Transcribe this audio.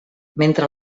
mentre